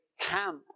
camp